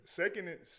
second